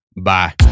Bye